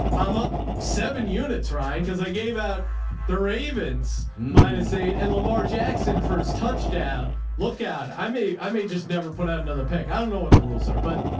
i'm up seven units ryan. cause i gave out the ravens minus eight and lamar jackson. first touchdown look out. i may, i may just never put out another pick. i don't know what the rules are, but,